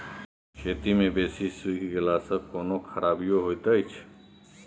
खेत मे बेसी सुइख गेला सॅ कोनो खराबीयो होयत अछि?